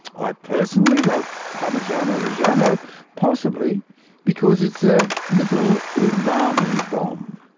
i personally love parmigano reggiano possibly because it's a little umami bomb.